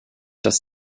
das